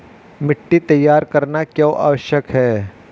मिट्टी तैयार करना क्यों आवश्यक है?